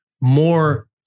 more